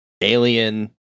Alien